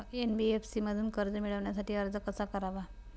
NBFC मधून कर्ज मिळवण्यासाठी अर्ज कसा करावा?